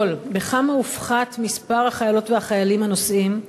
ברצוני לשאול: 1. בכמה הופחת מספר החיילים והחיילות הנוסעים?